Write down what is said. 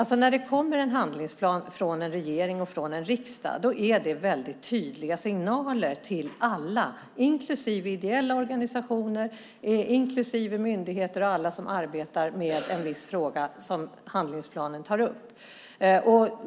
När det kommer en handlingsplan från regeringen och riksdagen skickar det väldigt tydliga signaler till alla, inklusive ideella organisationer, myndigheter och alla som arbetar med en viss fråga som handlingsplanen tar upp.